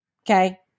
Okay